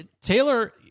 Taylor